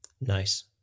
Nice